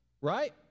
Right